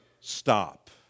stop